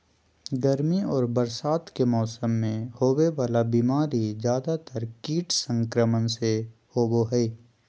गर्मी और बरसात के मौसम में होबे वला बीमारी ज्यादातर कीट संक्रमण से होबो हइ